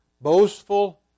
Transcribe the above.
boastful